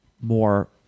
more